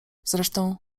zresztą